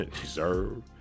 deserve